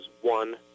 one